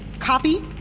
copy?